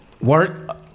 work